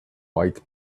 white